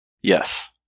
Yes